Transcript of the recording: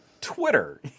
Twitter